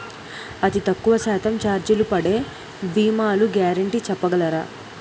అతి తక్కువ శాతం ఛార్జీలు పడే భీమాలు గ్యారంటీ చెప్పగలరా?